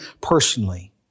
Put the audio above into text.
personally